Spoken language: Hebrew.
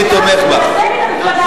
אני תומך בך.